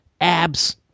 abs